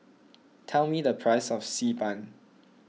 tell me the price of Xi Ban